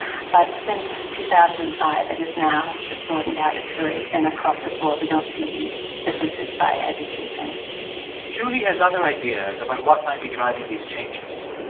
but since two thousand and five, it has now sort of broadened out. it's really been across the board. we don't see these differences by education julie has other ideas about what might be driving these changes.